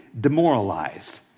demoralized